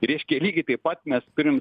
tai reiškia lygiai taip pat mes turim